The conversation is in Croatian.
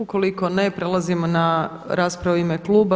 Ukoliko ne, prelazimo na rasprave u ime kluba.